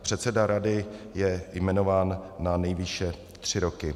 Předseda rady je jmenován na nejvýše tři roky.